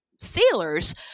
sailors